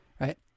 right